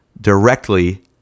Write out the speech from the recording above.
directly